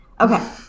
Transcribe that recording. okay